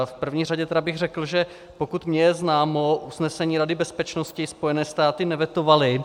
V první řadě bych řekl, že pokud je mi známo, usnesení Rady bezpečnosti Spojené státy nevetovaly.